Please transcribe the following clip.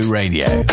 radio